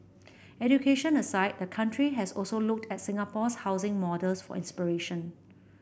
education aside the country has also looked at Singapore's housing models for inspiration